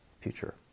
future